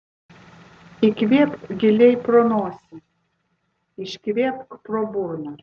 įkvėpk giliai pro nosį iškvėpk pro burną